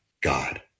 God